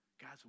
Guys